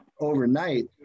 overnight